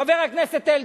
חבר הכנסת אלקין,